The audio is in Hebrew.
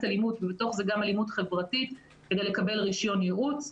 אלימות ובתוך זה גם אלימות חברתית כדי לקבל רישיון ייעוץ.